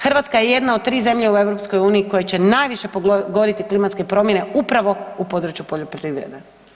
Hrvatska je jedna od 3 zemlje u EU koju će najviše pogoditi klimatske promjene upravo u području poljoprivrede.